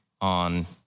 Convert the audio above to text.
on